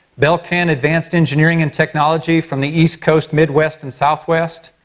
belcan advanced engineering and technology from the east coast, midwest and southwest.